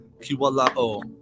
Kiwalao